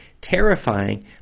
terrifying